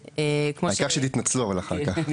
העיקר שתתנצלו אבל אחר כך.